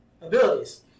abilities